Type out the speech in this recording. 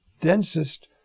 densest